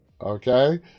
okay